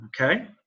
okay